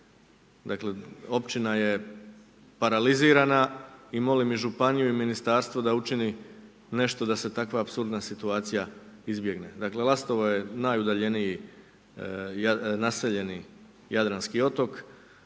Dakle, općina je paralizirana i molim i županiju i ministarstvo da učini, nešto da se takva apsurdna situacija izbjegne. Dakle, Lastovo je najudaljeniji, naseljeni Jadranski otok,